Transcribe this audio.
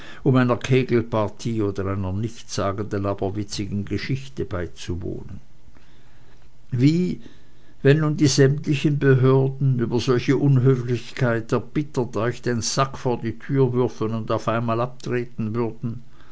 um einer kegelpartie oder einer nichtssagenden aber witzigen geschichte beizuwohnen wie wenn nun die sämtlichen behörden über solche unhöflichkeit erbittert euch den sack vor die tür würfen und auf einmal abtreten würden